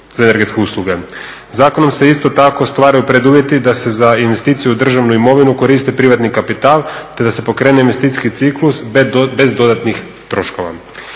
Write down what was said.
za energetske usluge. Zakonom se isto tako stvaraju preduvjeti da se za investiciju u državnu imovinu koristi privatni kapital te da se pokrene investicijski ciklus bez dodatnih troškova.